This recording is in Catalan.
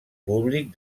públic